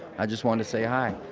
i just wanted to say hi.